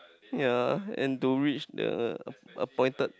yea and to reach the app~ appointed